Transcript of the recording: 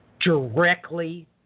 directly